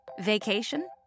Vacation